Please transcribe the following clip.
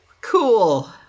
Cool